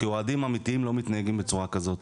כי אוהדים אמיתיים לא מתנהגים בצורה כזאת,